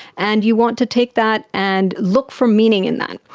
and you want to take that and look for meaning in that.